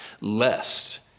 lest